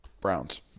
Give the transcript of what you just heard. Browns